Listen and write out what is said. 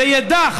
שידע,